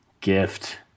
gift